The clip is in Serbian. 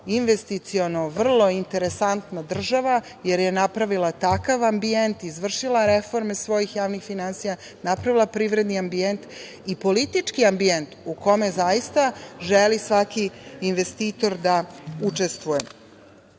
investiciono vrlo interesantna država, jer je napravila takav ambijent, izvršila reforme svojih javnih finansija, napravila privredni ambijent i politički ambijent u kome zaista želi svaki investitor da učestvuje. Na